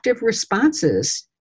responses